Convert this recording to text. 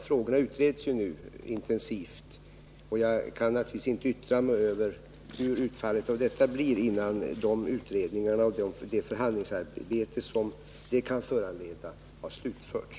Frågorna utreds nu intensivt, och jag kan naturligtvis inte yttra mig över hur utfallet blir innan de pågående utredningarna och det förhandlingsarbete som de kan föranleda har slutförts.